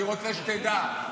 אני רוצה שתדע,